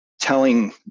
telling